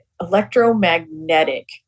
electromagnetic